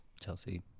Chelsea